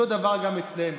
אותו דבר גם אצלנו,